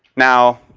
now,